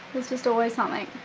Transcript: there's just always something.